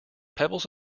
pebbles